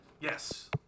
Yes